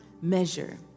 measure